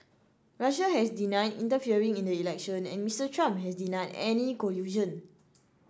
Russia has denied interfering in the election and Mister Trump has denied any collusion